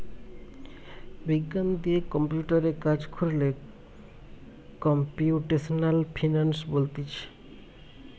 বিজ্ঞান দিয়ে কম্পিউটারে কাজ কোরলে কম্পিউটেশনাল ফিনান্স বলতিছে